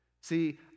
See